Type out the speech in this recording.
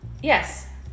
Yes